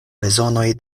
bezonoj